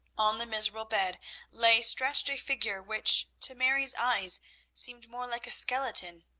on the miserable bed lay stretched a figure which to mary's eyes seemed more like a skeleton,